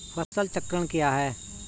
फसल चक्रण क्या है?